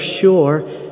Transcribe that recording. sure